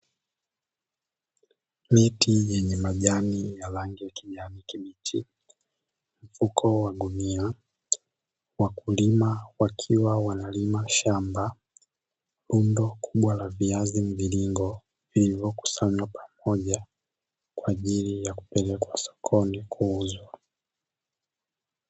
Miti yenye majani ya rangi ya kijani kibichi, mfuko wa gunia, wakulima wakiwa wanalima shamba, rundo kubwa la viazi mviringo vilivyokusanywa pamoja kwa ajili ya kupelekwa sokoni kuuzwa.